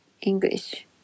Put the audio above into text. English